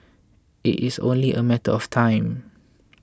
it is only a matter of time